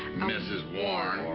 mrs. warren.